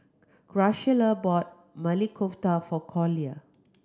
Graciela bought Maili Kofta for Collier